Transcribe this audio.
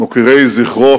מוקירי זכרו